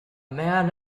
man